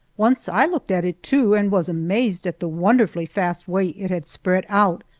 once i looked at it, too, and was amazed at the wonderfully fast way it had spread out,